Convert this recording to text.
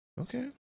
Okay